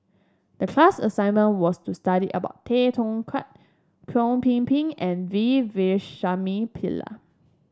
the class assignment was to study about Tay Teow Kiat Chow Ping Ping and V Wish Pillai